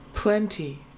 Plenty